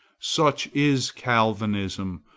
such is calvinism,